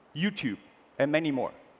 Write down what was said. youtube and many more.